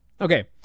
Okay